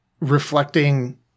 reflecting